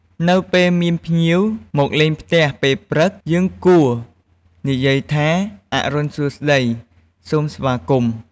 នៅពេលមាន ភ្ញៀវមកលេងផ្ទះពេលព្រឹក យើងគួរនិយាយថា "អរុណសួស្តី សូមស្វាគមន៍!"។